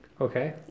Okay